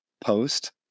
post